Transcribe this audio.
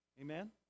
Amen